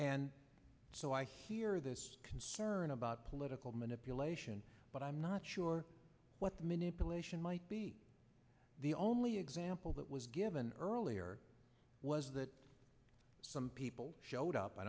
and so i hear this concern about political manipulation but i'm not sure what the manipulation might be the only example that was given earlier was that some people showed up i